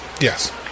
Yes